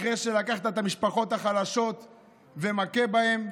אחרי שלקחת את המשפחות החלשות ומכה בהם,